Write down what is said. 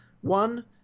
one